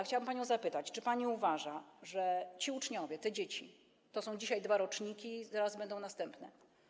Chciałam panią zapytać, czy pani uważa, że... Ci uczniowie, te dzieci to są dzisiaj dwa roczniki i zaraz będą następne.